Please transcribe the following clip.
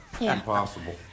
Impossible